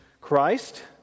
Christ